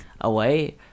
away